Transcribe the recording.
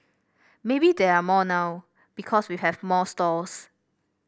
maybe there are more now because we have more stalls